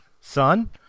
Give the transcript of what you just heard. son